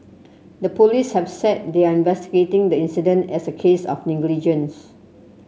the police have said they are investigating the incident as a case of negligence